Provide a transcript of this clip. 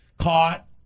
caught